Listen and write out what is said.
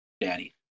daddy